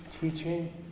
teaching